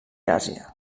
àsia